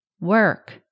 work